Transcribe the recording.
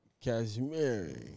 Cashmere